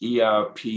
ERP